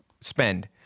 spend